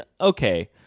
okay